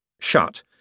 Shut